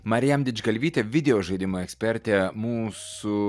marijam didžgalvytė videožaidimų ekspertė mūsų